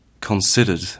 considered